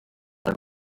i’ve